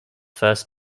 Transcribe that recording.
first